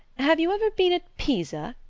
have you ever been at pisa?